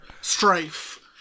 Strife